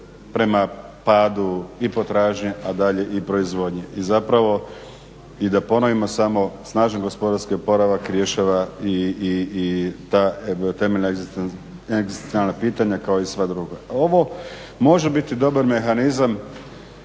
prema padu i potražnji, a dalje i proizvodnji i zapravo i da ponovimo samo, snažan gospodarski oporavak rješava i ta temeljna egzistencijalna pitanja kao i sve drugo. Ovo može biti dobar mehanizam